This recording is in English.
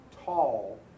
tall